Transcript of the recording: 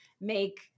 make